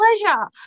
pleasure